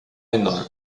enorme